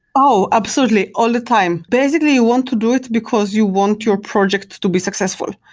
oh, absolutely. all the time. basically, you want to do it, because you want your project to be successful,